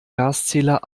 gaszähler